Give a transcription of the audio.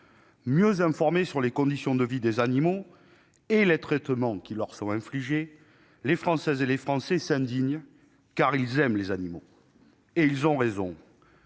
Mieux informés sur les conditions de vie des animaux et les traitements qui leur sont infligés, les Françaises et les Français s'indignent, car ils aiment les animaux, et ils ont raison